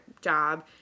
job